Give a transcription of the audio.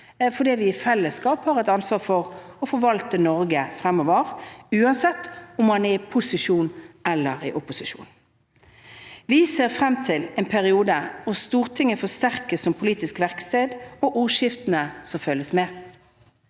fordi vi i fellesskap har et ansvar for å forvalte Norge fremover – uansett om man er i posisjon eller opposisjon. Vi ser frem til en periode hvor Stortinget forsterkes som politisk verksted, og vi ser frem til ordskiftene som følger med.